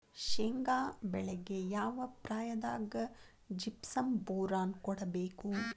ಶೇಂಗಾ ಬೆಳೆಗೆ ಯಾವ ಪ್ರಾಯದಾಗ ಜಿಪ್ಸಂ ಬೋರಾನ್ ಕೊಡಬೇಕು?